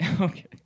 Okay